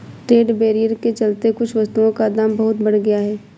trade barrier के चलते कुछ वस्तुओं का दाम बहुत बढ़ गया है